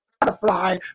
butterfly